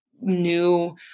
new